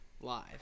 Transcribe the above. live